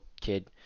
kid